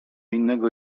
innego